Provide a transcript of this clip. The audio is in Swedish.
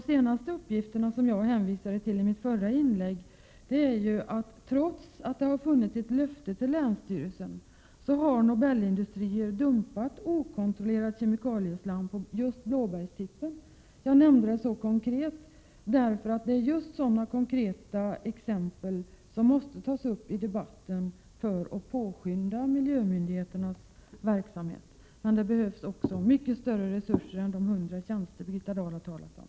De senaste uppgifterna, som jag hänvisade till i mitt förra inlägg, är att Nobel Industrier, trots att det har funnits ett löfte till länsstyrelsen, har dumpat okontrollerat kemikalieslam just på Blåbergstippen. Jag nämnde det så konkret, därför att det är just sådana konkreta exempel som måste tas upp i debatten för att påskynda miljömyndigheternas verksamhet. Men det behövs också mycket större resurser än de 100 tjänster som Birgitta Dahl har talat om.